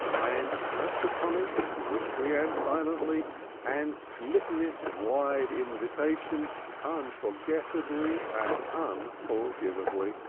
and crept upon it swiftly and silently and smitten its wide invitation unforgettably and unforgiveably.